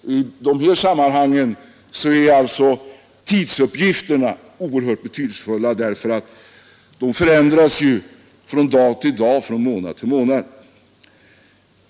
Tidsuppgifterna i dessa sammanhang är betydelsefulla, ty förhållandena ändras från dag till dag och från månad till månad.